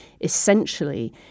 essentially